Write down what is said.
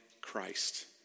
Christ